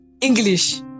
English